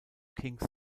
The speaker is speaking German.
kings